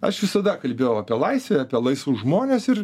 aš visada kalbėjau apie laisvę apie laisvus žmones ir